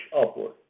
upward